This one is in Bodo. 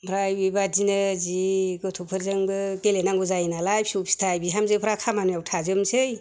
ओमफ्राय बेबादिनो जि गथ'फोरजोंबो गेलेनांगौ जायो नालाय फिसौ फिथाइ बिहामजोपोरा खामानियाव थाजोबनोसै